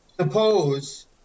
suppose